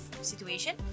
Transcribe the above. situation